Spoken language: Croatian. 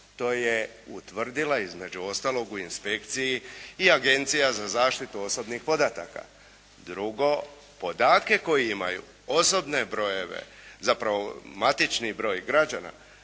To je utvrdila između ostalog u inspekciji i agencija za zaštitu osobnih podataka. Drugo, podatke koje imaju, osobne brojeve, zapravo matični broj građana